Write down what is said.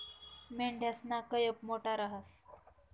मेंढयासना कयप मोठा रहास